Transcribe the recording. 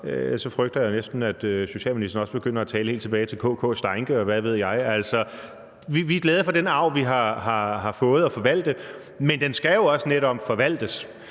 jeg frygter næsten, at socialministeren også begynder at gå helt tilbage til K.K. Steincke, og hvad ved jeg. Vi er glade for den arv, vi har fået at forvalte, men den skal jo også netop forvaltes.